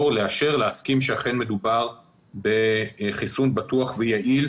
ולאשר ולהסכים שאכן מדובר בחיסון בטוח ויעיל